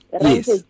yes